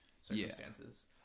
circumstances